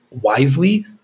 wisely